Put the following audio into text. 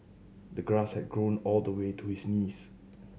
the grass had grown all the way to his knees